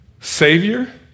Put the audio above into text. Savior